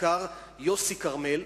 "כיכר יוסי כרמל".